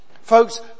Folks